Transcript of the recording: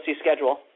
schedule